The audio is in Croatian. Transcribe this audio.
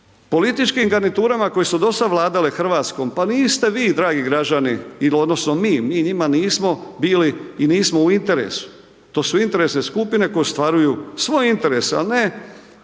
političkim garniturama koje su dosad vladale Hrvatskom, pa niste vi dragi građani odnosno mi, mi njima nismo bili i nismo u interesu. To su interesne skupine koje ostvaruju svoje interese, a ne